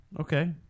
Okay